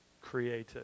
created